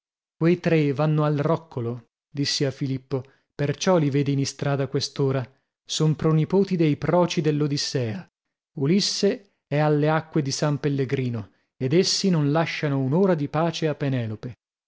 quei tre vanno al roccolo dissi a filippo perciò li vedi in istrada a quest'ora son pronipoti dei proci dell'odissea ulisse è alle acque di san pellegrino ed essi non lasciano un'ora di pace a penelope